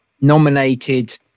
nominated